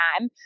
time